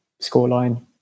scoreline